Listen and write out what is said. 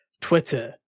Twitter